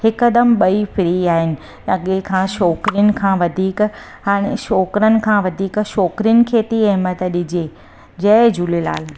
हिकदमि ॿई फिरी आहिनि अॻिए खां छोकिरिन खां वधीक हाणे छोकिरन खां वधीक छोकिरिन खे थी अहमियतु ॾिॼे जय झूलेलाल